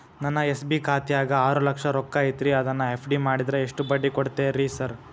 ನನ್ನ ಎಸ್.ಬಿ ಖಾತ್ಯಾಗ ಆರು ಲಕ್ಷ ರೊಕ್ಕ ಐತ್ರಿ ಅದನ್ನ ಎಫ್.ಡಿ ಮಾಡಿದ್ರ ಎಷ್ಟ ಬಡ್ಡಿ ಕೊಡ್ತೇರಿ ಸರ್?